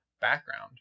background